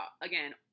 again